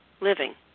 living